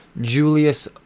Julius